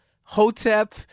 Hotep